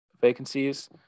vacancies